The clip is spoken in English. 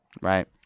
Right